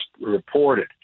reported